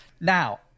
Now